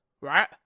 right